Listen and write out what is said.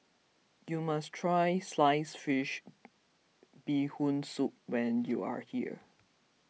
you must try Sliced Fish Bee Hoon Soup when you are here